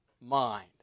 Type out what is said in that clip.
mind